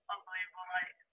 Unbelievable